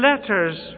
letters